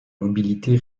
mobilité